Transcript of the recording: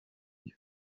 cyo